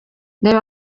reba